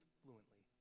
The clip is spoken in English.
fluently